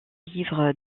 livre